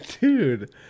Dude